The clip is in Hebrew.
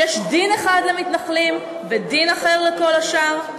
שיש דין אחד למתנחלים ודין אחר לכל השאר?